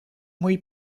muy